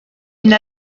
une